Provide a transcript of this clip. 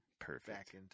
perfect